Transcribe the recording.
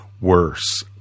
worse